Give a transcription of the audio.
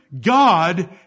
God